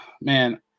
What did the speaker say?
man